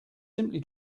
simply